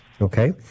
Okay